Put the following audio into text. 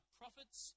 prophets